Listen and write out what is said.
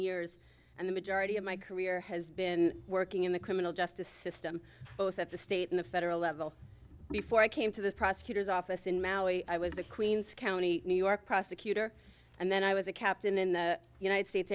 years and the majority of my career has been working in the criminal justice system both at the state in the federal level before i came to the prosecutor's office in maui i was a queens county new york prosecutor and then i was a captain in the united states